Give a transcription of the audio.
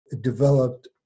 developed